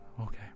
Okay